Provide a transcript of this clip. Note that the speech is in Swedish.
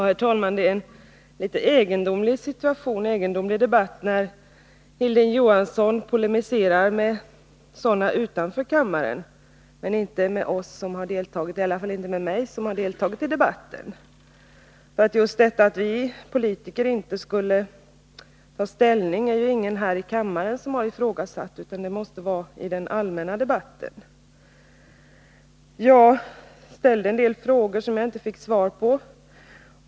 Herr talman! Det är en något egendomlig situation och en egendomlig debatt. Hilding Johansson polemiserar mot personer utanför kammaren men inte med oss—i varje fall inte med mig— som har deltagit i debatten. Ingen här i kammaren har ifrågasatt att vi politiker inte skulle ta ställning, utan det måste ha förekommit i den allmänna debatten. Jag ställde en del frågor som jag inte fick något svar på.